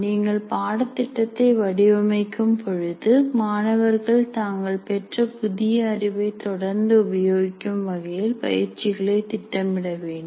நீங்கள் பாடத்திட்டத்தை வடிவமைக்கும் பொழுது மாணவர்கள் தாங்கள் பெற்ற புதிய அறிவை தொடர்ந்து உபயோகிக்கும் வகையில் பயிற்சிகளை திட்டமிட வேண்டும்